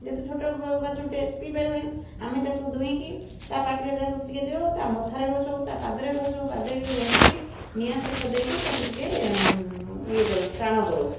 ଯେହେତୁ ଛୋଟ ବା ବାଛୁରୀଟେ ସେ ପିଇପାରିବ ନେଇ ଆମେ ତାକୁ ଦୁହିଁକି ତା' ପାଟିରେ ତାକୁ ଟିକିଏ ଦେଉ ତା' ମଥାରେ ଘଷୁ ତା' ପାଦରେ ଘଷୁ ପାଦରେ ଘଷିକି ନିଆଁ ସେକ ଦେଇକି ତାକୁ ଟିକିଏ ୟେ କରୁ ଟାଣ କରାଉ